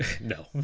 No